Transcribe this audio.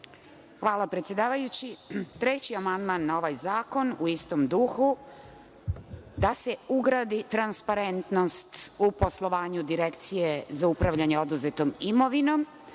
Hvala, predsedavajući. Treći amandman na ovaj zakon, u istom duhu – da se ugradi transparentnost u poslovanju Direkcije za upravljanje oduzetom imovinom.